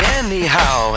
anyhow